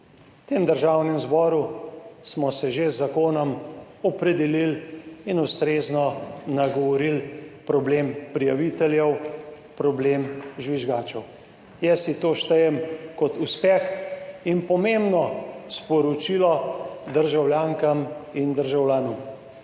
V tem Državnem zboru smo se že z zakonom opredelili in ustrezno nagovorili problem prijaviteljev, problem žvižgačev. Jaz si to štejem kot uspeh in pomembno sporočilo državljankam in državljanom.